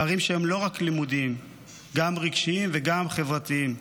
פערים שהם לא רק לימודיים אלא גם רגשיים וגם חברתיים.